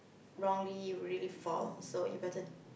wrongly you really fall so you better